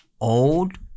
old